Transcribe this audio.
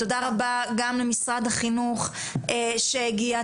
תודה רבה גם למשרד החינוך שהגיע,